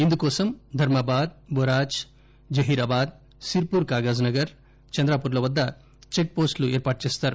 ఇందుకోసం ధర్మాబాద్ బొరాజ్ జహీరాబాద్ సిర్పూర్ కాగజ్ నగర్ చంద్రాపూర్ ల వద్ద చెక్ పోస్టులు ఏర్పాటు చేస్తారు